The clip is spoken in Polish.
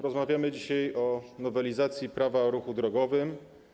Rozmawiamy dzisiaj o nowelizacji Prawa o ruchu drogowym.